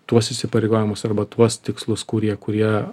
tuos įsipareigojimus arba tuos tikslus kurie kurie